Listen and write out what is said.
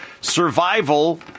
survival